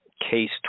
case